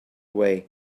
way